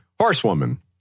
Horsewoman